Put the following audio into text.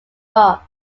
rock